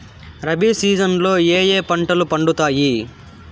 rabi season లో ఏ ఏ పంటలు పండుతాయి